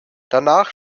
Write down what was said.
danach